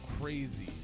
crazy